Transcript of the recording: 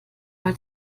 war